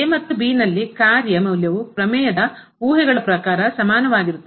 ಮತ್ತು ನಲ್ಲಿನ ಕಾರ್ಯ ಮೌಲ್ಯವು ಪ್ರಮೇಯದ ಊಹೆಗಳ ಪ್ರಕಾರ ಸಮಾನವಾಗಿರುತ್ತದೆ